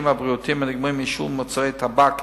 הבריאותיים הנגרמים מעישון מוצרי טבק,